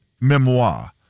memoir